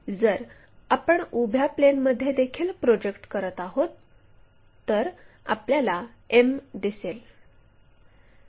जर आपण उभ्या प्लेनमध्ये देखील प्रोजेक्ट करत आहोत तर आपल्याला m दिसेल